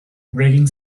breaking